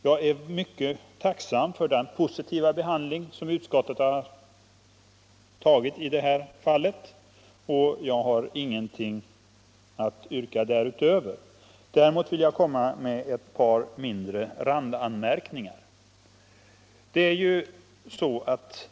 Jag är mycket tacksam för den positiva behandling som utskottet har gett motionen, och jag har ingenting att yrka därutöver. Däremot vill jag göra ett par mindre randanmärkningar.